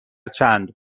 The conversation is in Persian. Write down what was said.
چند